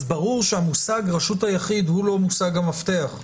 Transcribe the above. ברור שהמושג "רשות היחיד" הוא לא מושג המפתח.